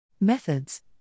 Methods